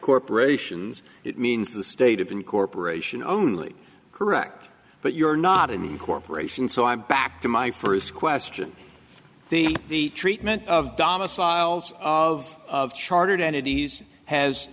corporations it means the state of incorporation only correct but you're not in the corporation so i'm back to my first question the the treatment of domiciles of of chartered entities has